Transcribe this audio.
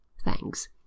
thanks